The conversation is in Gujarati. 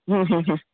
હમ હમ હમ